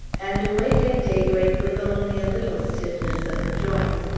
and awake at daybreak with only a little stiffness of the joints,